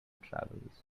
travels